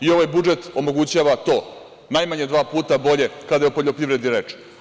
I ovaj budžet omogućava to, najmanje dva puta bolje kada je o poljoprivredi reč.